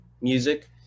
music